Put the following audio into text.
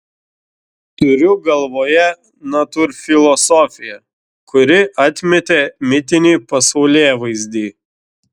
turiu galvoje natūrfilosofiją kuri atmetė mitinį pasaulėvaizdį